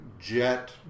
jet